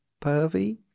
pervy